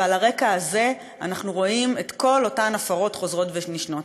ועל הרקע הזה אנחנו רואים את כל אותן הפרות חוזרות ונשנות.